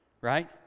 right